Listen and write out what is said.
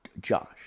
Josh